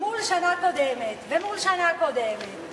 מול שנה קודמת ומול שנה קודמת.